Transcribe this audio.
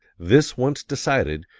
this once decided,